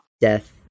death